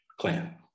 clan